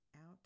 out